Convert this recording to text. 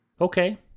Okay